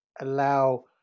allow